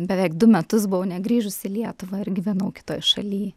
beveik du metus buvau negrįžus į lietuvą ir gyvenau kitoj šalyj